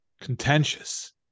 contentious